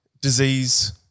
disease